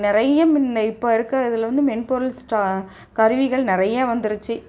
நிறைய முன்ன இப்போ இருக்கிற இதில் வந்து மென்பொருள் ஸ்டா கருவிகள் நிறையா வந்துடுச்சி